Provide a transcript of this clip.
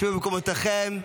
שבו במקומותיכם.